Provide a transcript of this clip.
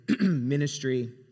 ministry